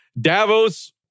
Davos